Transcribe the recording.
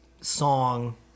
song